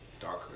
Darker